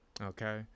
okay